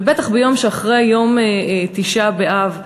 ובטח ביום שאחרי יום תשעה באב,